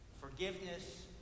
Forgiveness